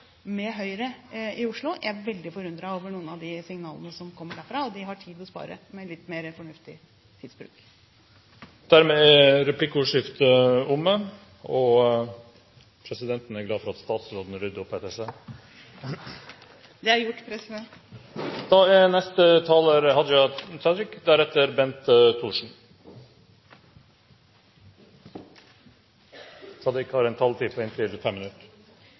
med Høyre i Oslo. Jeg er veldig forundret over noen av de signalene som kommer derfra, og de har tid å spare med litt mer fornuftig tidsbruk. Replikkordskiftet er omme. Presidenten er glad for at statsråden rydder opp etter seg. Det har jeg gjort, president!